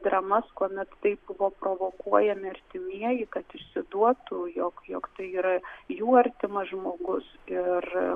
dramas kuomet taip buvo provokuojami artimieji kad išsiduotų jog jog tai yra jų artimas žmogus ir